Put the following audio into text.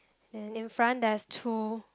and in front there's two